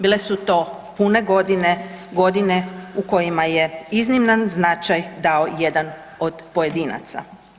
Bile su to pune godine, godine u kojima je izniman značaj dao jedan od pojedinaca.